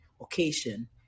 occasion